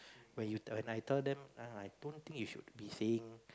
when you tell I tell them I don't think you should be saying